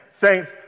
Saints